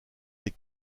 des